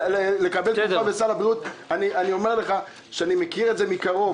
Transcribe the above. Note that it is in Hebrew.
לקבל תרופה בסל הבריאות אני מכיר את זה מקרוב,